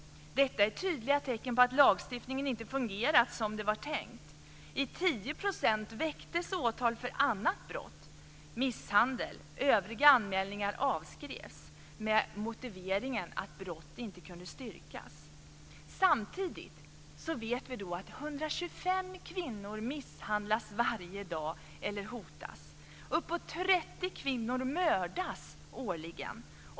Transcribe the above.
Detta är tydliga tecken på att lagstiftningen inte fungerat som det var tänkt. I 10 % av fallen väcktes åtal för annat brott, misshandel, men övriga anmälningar avskrevs med motiveringen att brott inte kunde styrkas. Samtidigt vet vi att 125 kvinnor misshandlas eller hotas varje dag och att uppåt 30 kvinnor mördas årligen.